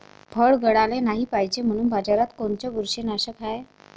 फळं गळाले नाही पायजे म्हनून बाजारात कोनचं बुरशीनाशक हाय?